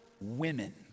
women